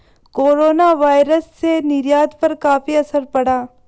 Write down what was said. coronavirus से निर्यात पर काफी असर पड़ा